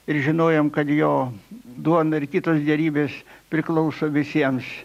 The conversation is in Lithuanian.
ir žinojom kad jo duona ir kitos gėrybės priklauso visiems